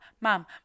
mom